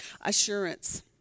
Assurance